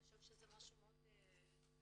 אני חושבת שזה משהו מאוד עקרוני,